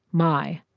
my.